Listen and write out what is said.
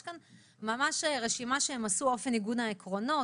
יש כאן ממש רשימה שהן עשו: אופן עיגון העקרונות,